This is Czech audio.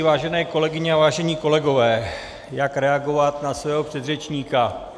Vážené kolegyně, vážení kolegové, jak reagovat na svého předřečníka.